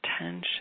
attention